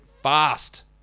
fast